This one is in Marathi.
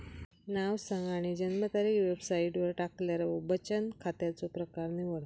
नाव सांग आणि जन्मतारीख वेबसाईटवर टाकल्यार बचन खात्याचो प्रकर निवड